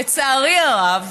לצערי הרב,